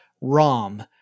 ROM